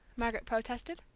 margaret protested.